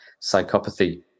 psychopathy